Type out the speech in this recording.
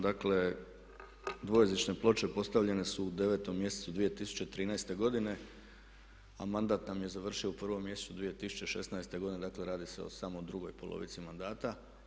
Dakle, dvojezične ploče postavljene u 9 mjesecu 2013.godine a mandat nam je završen u prvom mjesecu 2016.godine, dakle radi se o samo drugoj polovici mandata.